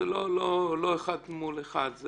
זה לא אחד מול אחד.